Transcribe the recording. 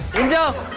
and